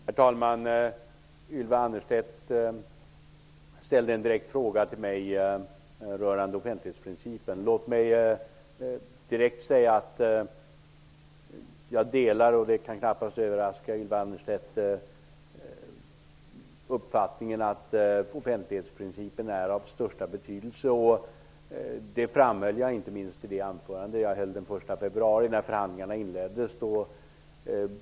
Herr talman! Ylva Annerstedt ställde en direkt fråga till mig rörande offentlighetsprincipen. Låt mig direkt säga att jag delar uppfattningen -- det kan knappast överraska Ylva Annerstedt -- att offentlighetsprincipen är av största betydelse. Det framhöll jag inte minst i det anförande som jag höll den 1 februari, när förhandlingarna inleddes.